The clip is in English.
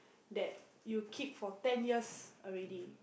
that you keep for ten years already